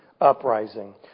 uprising